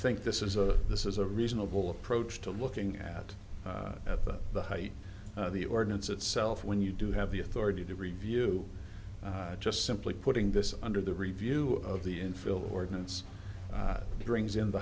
think this is a this is a reasonable approach to looking at at the height of the ordinance itself when you do have the authority to review just simply putting this under the review of the infield ordinance brings in the